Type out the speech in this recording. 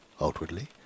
outwardly